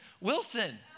Wilson